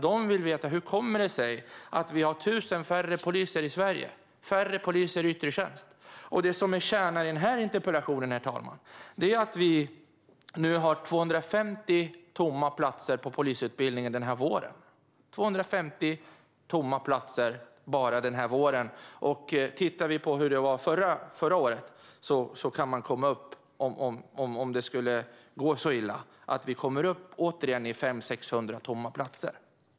De vill veta hur det kommer sig att vi har 1 000 färre poliser i yttre tjänst i Sverige. Kärnan i denna interpellation, herr talman, är att vi denna vår har 250 tomma platser på polisutbildningen. Tittar man på hur det var förra året ser man att vi, om det skulle gå lika illa, återigen kan komma upp i 500-600 tomma platser.